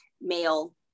male